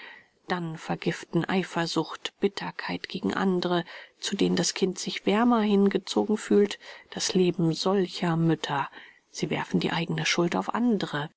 dann vergiften eifersucht bitterkeit gegen andre zu denen das kind sich wärmer hingezogen fühlt das leben solcher mütter sie werfen die eigne schuld auf andre